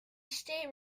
state